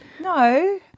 No